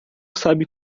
sabe